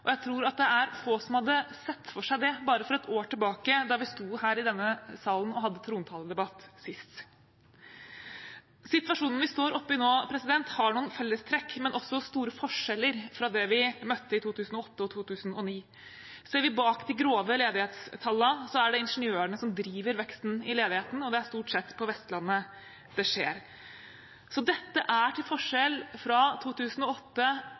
og jeg tror det er få som hadde sett for seg det for bare ett år tilbake, da vi sto her i denne salen og hadde trontaledebatt sist. Situasjonen vi står oppe i nå, har noen fellestrekk med, men også store forskjeller fra, det vi møtte i 2008 og 2009. Ser vi bak de grove ledighetstallene, er det ingeniørene som driver veksten i ledigheten, og det er stort sett på Vestlandet det skjer. Så dette er, til forskjell fra 2008,